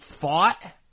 fought